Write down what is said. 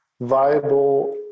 viable